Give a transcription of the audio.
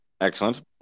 Excellent